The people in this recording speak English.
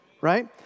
right